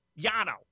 Yano